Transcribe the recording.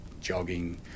jogging